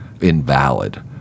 invalid